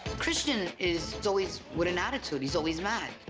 christian is always with an attitude, he's always mad.